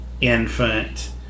infant